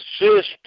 assist